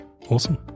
Awesome